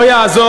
לא יעזור.